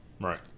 Right